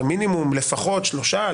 לפחות שלושה,